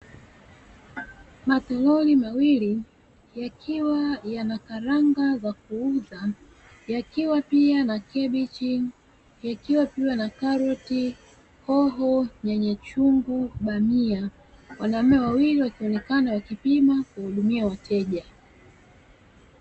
Matorori mawili yakiwa yana karanga za kuuza, yakiwa pia na kabichi, yakiwa pia na karoti, hoho, nyanya chungu, bamia, wanaume wawili wakionekana wakipima kuwahudumia wateja.